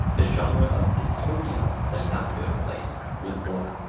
the genre of dystopia, the not good place, was born.